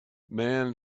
man